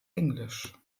englisch